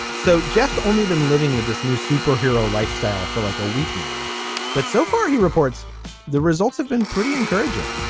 so jess only been living with this new superhero lifestyle for like a week now but so far he reports the results have been pretty encouraging.